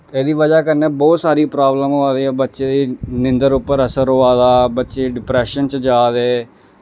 एह्दी बजह् कन्नै बौह्त सारी प्राब्लमां होआ दियां बच्चे गी नींदर उप्पर असर होआ दा बच्चे डिप्रैशन च जा दे